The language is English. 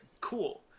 Cool